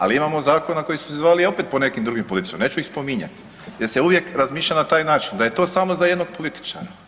Ali imamo zakona koji su se zvali opet po nekim drugim političarima, neću ih spominjati jer se uvijek razmišlja na taj način da je to samo za jednog političara.